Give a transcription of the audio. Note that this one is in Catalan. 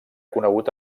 conegut